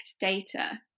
data